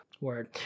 Word